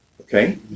Okay